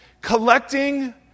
collecting